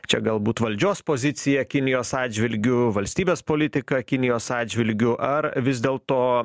čia galbūt valdžios pozicija kinijos atžvilgiu valstybės politika kinijos atžvilgiu ar vis dėlto